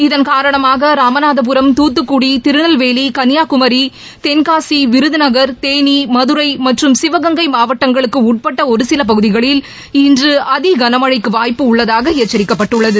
இதன் காரணமாக ராமநாதபுரம் துத்துக்குடி திருநெல்வேலி கன்னிபாகுமரி தென்காசி விருதநகர் தேனி மதுரை மற்றும் சிவகங்கை மாவட்டங்களுக்கு உட்பட்ட ஒரு சில பகுதிகளில் இன்று அதி கனமளழக்கு வாய்ப்பு உள்ளதாக எச்சரிக்கப்பட்டுள்ளது